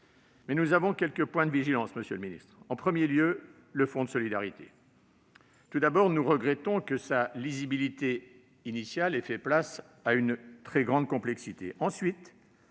avons toutefois quelques points de vigilance, monsieur le ministre. Le premier est le fonds de solidarité. Nous regrettons que sa lisibilité initiale ait fait place à une très grande complexité. Par